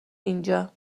اینجا